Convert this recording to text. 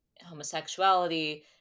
homosexuality